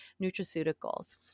nutraceuticals